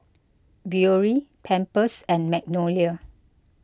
Biore Pampers and Magnolia